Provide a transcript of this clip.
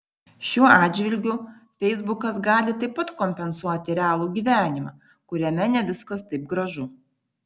šiuo atžvilgiu feisbukas gali taip pat kompensuoti realų gyvenimą kuriame ne viskas taip gražu